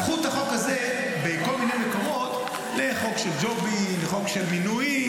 הפכו את החוק הזה בכל מיני מקומות לחוק של ג'ובים וחוק של מינויים.